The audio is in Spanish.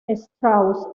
strauss